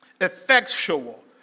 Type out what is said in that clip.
effectual